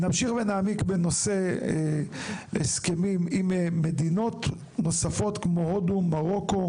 נמשיך ונעמיק בנושא הסכמים עם מדינות נוספות כמו הודו ומרוקו,